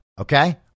Okay